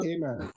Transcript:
Amen